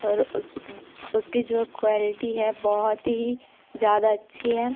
और उस उसके जो क्वालिटी है बहुत ही ज़्यादा अच्छी है